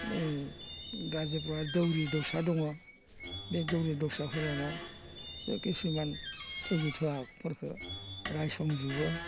नै राइजोफोरा दौरि दौसा दङ बे दौरि दौसाफोरानो खिसुमान थगि थहागफोरखौ रायसंजोबो